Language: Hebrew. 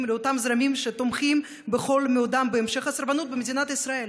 לאותם זרמים שתומכים בכל מאודם בהמשך הסרבנות במדינת ישראל.